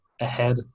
ahead